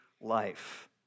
life